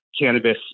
Cannabis